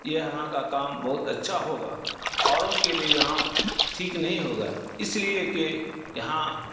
یہاں کا کام بہت اچھا ہوگا اوروں کے لیے یہاں ٹھیک نہیں ہوگا اس لیے کہ یہاں